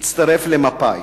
הצטרף למפא"י.